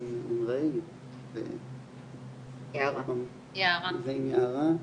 עם ריי ועם יערה,